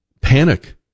panic